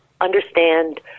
understand